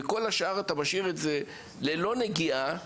ואת כל השאר נשאיר ללא נגיעה,